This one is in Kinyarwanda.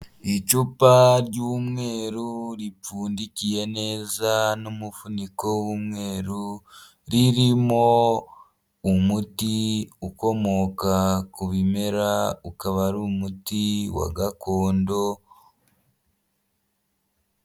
Icupa ry'umweru ripfundikiye neza n'umufuniko w'umweru, ririmo umuti ukomoka ku bimera, ukaba ari umuti wa gakondo.